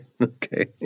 Okay